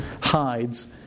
hides